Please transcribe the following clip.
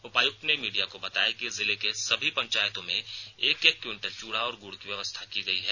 उपायुक्त ने मीडिया को बताया कि जिले के सभी पंचायतों में एक एक विवंटल चूड़ा और गुड़ की व्यवस्था की गई है